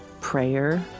prayer